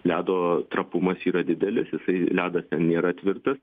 ledo trapumas yra didelis jisai ledas ten nėra tvirtas